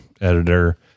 editor